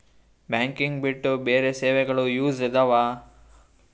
Banking ಬಿಟ್ಟು ಬೇರೆ ಸೇವೆಗಳು ಯೂಸ್ ಇದಾವ?